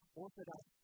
orthodox